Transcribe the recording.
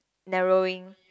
narrowing